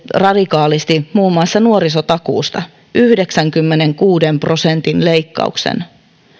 radikaalisti muun muassa nuorisotakuusta yhdeksänkymmenenkuuden prosentin leikkaus